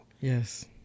Yes